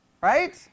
right